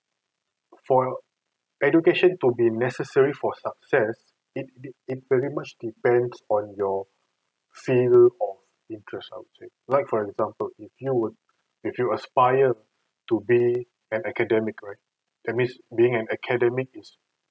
for education to be necessary for success it it it very much depends on your field of interest I would say like for example if you would if you aspire to be an academic right that means being an academic is